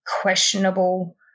questionable